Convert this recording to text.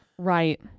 right